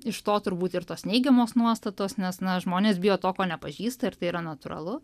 iš to turbūt ir tos neigiamos nuostatos nes na žmonės bijo to ko nepažįsta ir tai yra natūralu